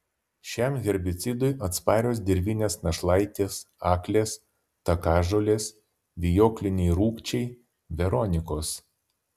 šiam herbicidui atsparios dirvinės našlaitės aklės takažolės vijokliniai rūgčiai veronikos